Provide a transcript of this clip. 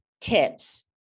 tips